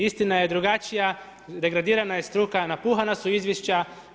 Istina je drugačija, degradirana je struka, napuhana su izvješća.